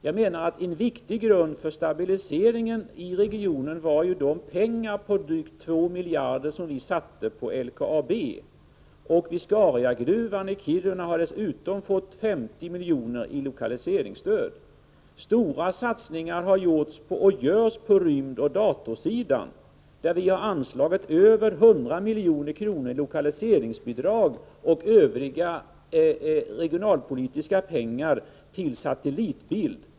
Jag menar att en viktig grund för stabiliseringen i regionen var de drygt 2 miljarder kronor som vi satsade på LKAB. Till Viscariagruvan i Kiruna har man dessutom fått 50 milj.kr. i lokaliseringsstöd. Stora satsningar har gjorts och görs på rymdoch datorsidan. Vi har anslagit över 100 milj.kr. i lokaliseringsbidrag och andra medel för regionalpolitiska satsningar till Satellitbild.